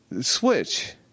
Switch